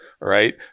right